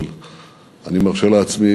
אבל אני מרשה לעצמי